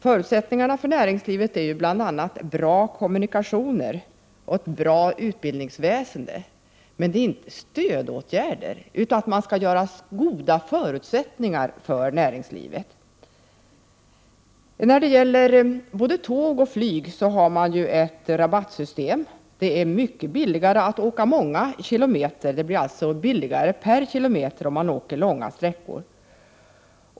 Förutsättningarna för näringslivet är bl.a. bra kommunikationer och ett bra utbildningsväsende. Men det handlar inte om stödåtgärder utan om att åstadkomma goda förutsättningar för näringslivet. Både på tåg och på flyg har man ett rabattsystem. Det är mycket billigare att åka många kilometer. Det blir alltså billigare per kilometer om man åker långa sträckor.